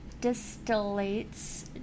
distillates